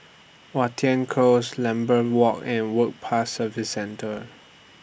Watten Close Lambeth Walk and Work Pass Services Centre